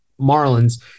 Marlins